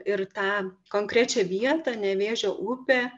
ir tą konkrečią vietą nevėžio upę